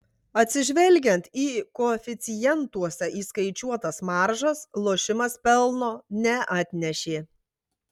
atsižvelgiant į koeficientuose įskaičiuotas maržas lošimas pelno neatnešė